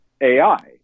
AI